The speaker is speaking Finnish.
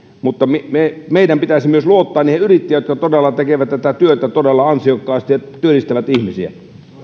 mutta meidän pitäisi myös luottaa niihin yrittäjiin jotka tekevät tätä työtä todella ansiokkaasti ja työllistävät ihmisiä